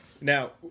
Now